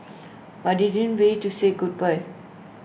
but I didn't went to say goodbye